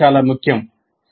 ఇది కూడా చాలా ముఖ్యం